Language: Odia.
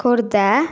ଖୋର୍ଦ୍ଧା